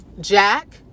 Jack